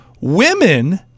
Women